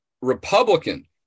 Republican